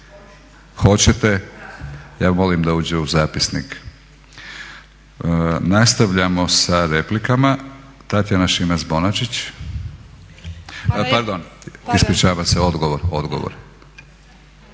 Hoćete. Ja molim da uđe u zapisnik. Nastavljamo sa replikama. Tatjana Šimac-Bonačić. Pardon, ispričavam se, odgovor.